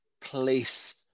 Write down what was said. place